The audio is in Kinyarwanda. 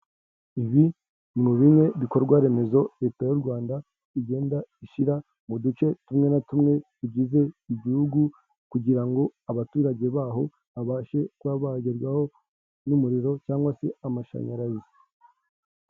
Ibi ni mu bimwe bikorwa remezo leta y'u Rwanda igenda ishyira mu duce tumwe na tumwe, tugize igihugu, kugira ngo abaturage baho babashe kuba bagerwaho n'umuriro, cyangwa se amashanyarazi.